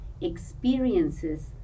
experiences